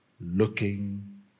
looking